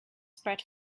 spread